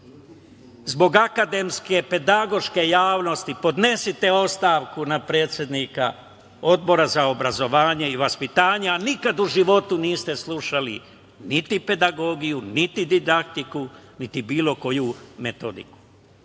zbog akademske, pedagoške javnosti, podnesite ostavku na predsednika Odbora za obrazovanje i vaspitanje, a nikad u životu niste slušali niti pedagogiju, niti didaktiku, niti bilo koju